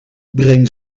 breng